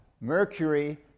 Mercury